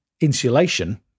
insulation